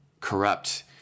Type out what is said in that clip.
corrupt